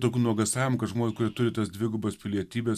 daug nuogąstavimų kad žmogui turi tos dvigubos pilietybės